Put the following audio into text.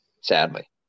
sadly